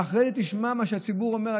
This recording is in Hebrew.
ואחרי שתשמע מה שהציבור אומר,